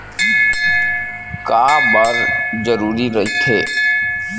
का बार जरूरी रहि थे?